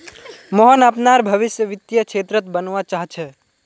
मोहन अपनार भवीस वित्तीय क्षेत्रत बनवा चाह छ